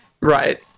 Right